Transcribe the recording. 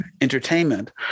entertainment